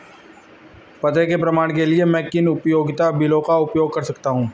पते के प्रमाण के लिए मैं किन उपयोगिता बिलों का उपयोग कर सकता हूँ?